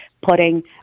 putting